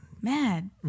mad